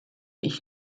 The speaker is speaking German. ich